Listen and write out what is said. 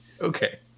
Okay